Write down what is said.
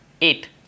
eight